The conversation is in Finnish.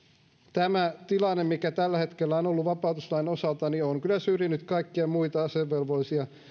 tämä tilanne mikä tällä hetkellä on ollut vapautuslain osalta on kyllä syrjinyt kaikkia muita asevelvollisia